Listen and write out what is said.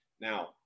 now